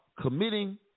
committing